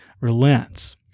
relents